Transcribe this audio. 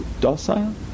docile